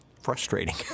frustrating